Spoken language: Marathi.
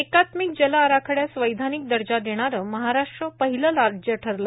एकात्मिक जल आराखड्यास वैधानिक दर्जा देणारं महाराष्ट्र पहिलं राज्य ठरलं